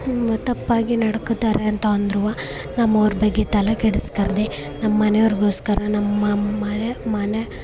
ತಪ್ಪಾಗಿ ನಡ್ಕೊತಾರೆ ಅಂತ ಅಂದ್ರೂ ನಮ್ಮ ಅವ್ರ ಬಗ್ಗೆ ತಲೆ ಕೆಡಿಸ್ಕರ್ದೆ ನಮ್ಮ ಮನೆಯವರಿಗೋಸ್ಕರ ನಮ್ಮ ಮನೆ ಮನೆ